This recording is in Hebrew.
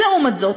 לעומת זאת,